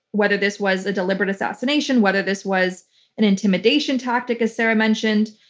whether this was a deliberate assassination, whether this was an intimidation tactic, as sarah mentioned.